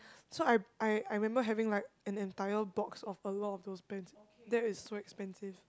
so I I I remember having like an entire box of a lot of those pens that is so expensive